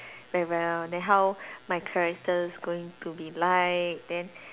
very well then how my character's going to be like then